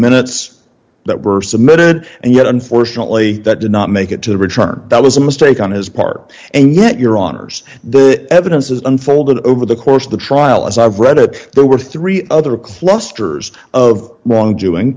minutes that were submitted and yet unfortunately that did not make it to return that was a mistake on his part and yet your honour's evidence has unfolded over the course of the trial as i've read it there were three other clusters of wrong doing